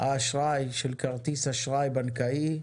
האשראי של כרטיס אשראי בנקאי,